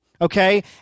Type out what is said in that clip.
okay